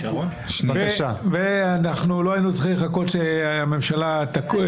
רם בן ברק, נדייק במילים, שההיסטוריה תזכור.